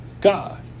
God